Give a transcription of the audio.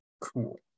Cool